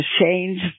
change